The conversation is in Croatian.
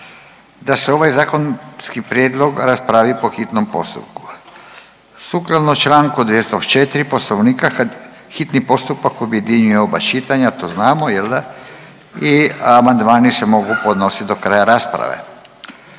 da se ovaj zakonski prijedlog raspravi po hitnom postupku. Sukladno čl. 204. poslovnika hitni postupak objedinjuje oba čitanja to znamo jel da i amandmani se mogu podnositi do kraja rasprave.